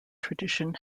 tradition